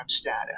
status